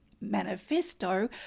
manifesto